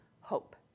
hope